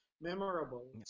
memorable